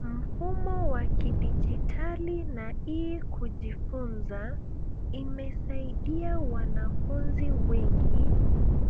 Mfumo wa kidijitali na e-kujifunza imesaidia wanafunzi wengi